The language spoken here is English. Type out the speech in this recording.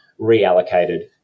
reallocated